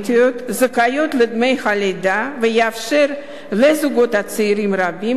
הזכאיות לדמי הלידה ויאפשר לזוגות צעירים רבים יותר